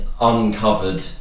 uncovered